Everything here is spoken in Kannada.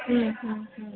ಹ್ಞೂ ಹ್ಞೂ ಹ್ಞೂ